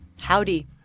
Howdy